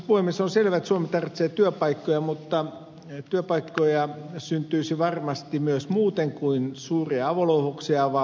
on selvä että suomi tarvitsee työpaikkoja mutta työpaikkoja syntyisi varmasti myös muuten kuin suuria avolouhoksia avaamalla